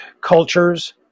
cultures